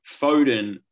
Foden